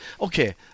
Okay